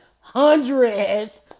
hundreds